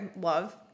love